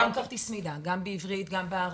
כרטיס מידע גם בעברית וגם בערבית.